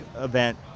event